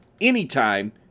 anytime